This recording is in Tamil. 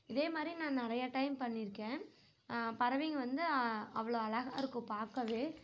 இதே மாதிரி நான் நிறைய டைம் பண்ணியிருக்கேன் பறவைங்கள் வந்து அவ்வளோ அழகாக இருக்கும் பார்க்கவே